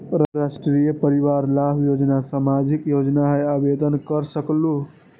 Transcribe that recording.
राष्ट्रीय परिवार लाभ योजना सामाजिक योजना है आवेदन कर सकलहु?